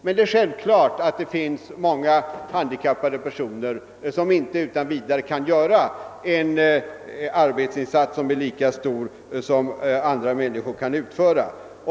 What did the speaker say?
Men självfallet finns det många handikappade personer som inte utan vidare kan göra en arbetsinsats som är lika stor som den andra människor kan göra.